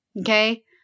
okay